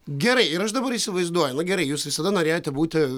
gerai ir aš dabar įsivaizduoju nu gerai jūs visada norėjote būti